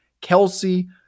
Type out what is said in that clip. Kelsey